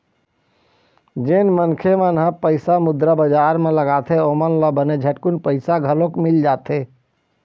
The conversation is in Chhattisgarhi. जेन मनखे मन ह पइसा मुद्रा बजार म लगाथे ओमन ल बने झटकून पइसा घलोक मिल जाथे